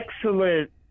excellent